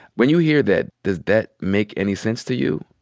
when you hear that, does that make any sense to you?